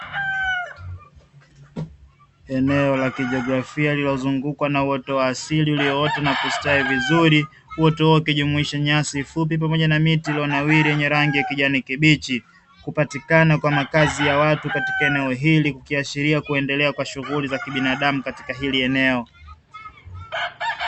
Eneo la kijiografia lililozungukwa na uoto wa asili uliyoota na kustawi vizuri uoto huo ukijumuisha nyasi fupi pamoja na miti iliyonawiri yenye rangi ya kijani kibichi, kupatikana kwa makazi ya watu katika eneo hili kukiashiria kuendelea kwa shughuli za kibinadamu katika hili eneo.